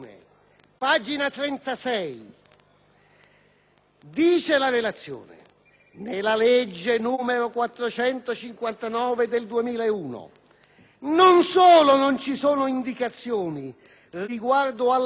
36 la relazione dice che nella legge n. 459 del 2001 non solo non ci sono indicazioni riguardo all'accertamento del requisito della residenza,